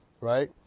right